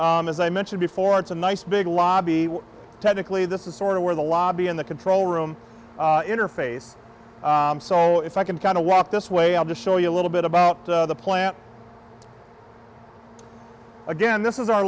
as i mentioned before it's a nice big lobby technically this is sort of where the lobby and the control room interface so if i can kind of walk this way i'll just show you a little bit about the plant again this is our